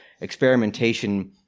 experimentation